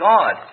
God